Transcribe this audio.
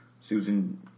susan